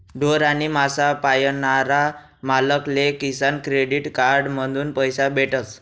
ढोर आणि मासा पायनारा मालक ले किसान क्रेडिट कार्ड माधून पैसा भेटतस